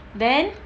then